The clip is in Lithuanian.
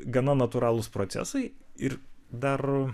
gana natūralūs procesai ir dar